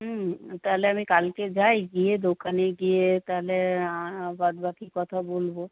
হুম তাহলে আমি কালকে যাই গিয়ে দোকানে গিয়ে তাহলে বাদ বাকি কথা বলবো